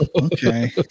Okay